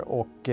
och